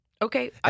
Okay